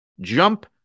jump